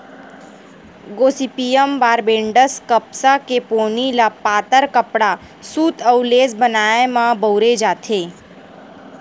Gossypium बारबेडॅन्स कपसा के पोनी ल पातर कपड़ा, सूत अउ लेस बनाए म बउरे जाथे